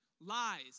lies